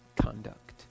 conduct